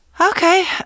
okay